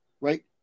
right